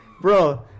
Bro